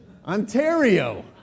Ontario